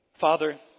Father